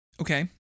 Okay